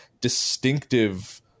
distinctive